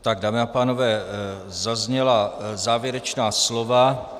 Tak, dámy a pánové, zazněla závěrečná slova.